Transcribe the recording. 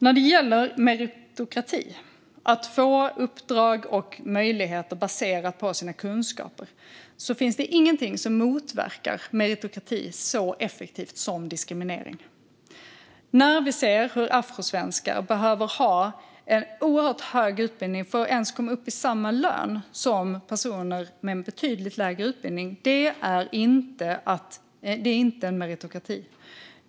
När det gäller meritokrati, att få uppdrag och möjligheter baserat på sina kunskaper, finns det inget som motverkar meritokrati så effektivt som diskriminering. Vi ser att afrosvenskar behöver ha oerhört hög utbildning för att ens komma upp i samma lön som personer med betydligt lägre utbildning. Det är inte meritokrati.